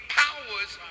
powers